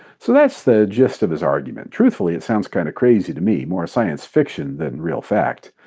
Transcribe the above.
so that's the gist of his argument. truthfully, it sound kind of crazy to me more science fiction than real fact.